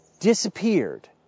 disappeared